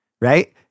right